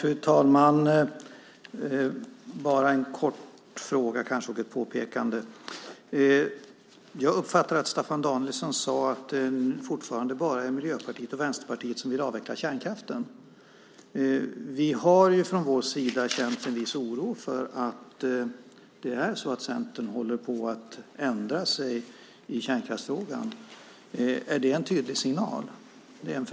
Fru talman! Jag vill bara ställa en kort fråga och göra ett påpekande. Jag uppfattade att Staffan Danielsson sade att det bara är Miljöpartiet och Vänsterpartiet som fortfarande vill avveckla kärnkraften. Vi har känt en viss oro för att Centern håller på att ändra sig i kärnkraftsfrågan. Är det en tydlig signal?